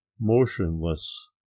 motionless